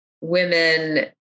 women